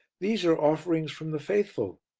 these are offerings from the faithful,